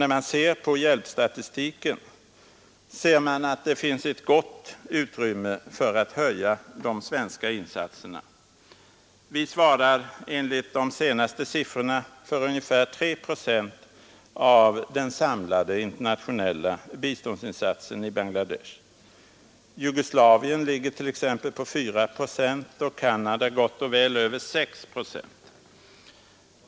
När man ser på hjälpstatistiken finner man ett gott utrymme för att höja de svenska insatserna. Vi svarar enligt de senaste siffrorna för ungefär 3 procent av den samlade internationella biståndsinsatsen i Bangladesh. Jugoslavien ligger t.ex. på 4 procent och Canada på gott och väl över 6 procent.